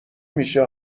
میشه